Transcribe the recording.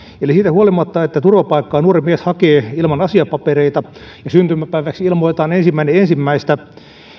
siitä huolimatta että turvapaikkaa nuori mies hakee ilman asiapapereita ja syntymäpäiväksi ilmoitetaan ensimmäinen ensimmäistä